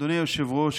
אדוני היושב-ראש,